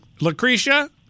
Lucretia